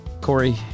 Corey